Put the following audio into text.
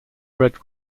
red